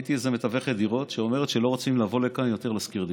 ראיתי איזו מתווכת דירות שאומרת שלא רוצים לבוא לכאן יותר לשכור דירות,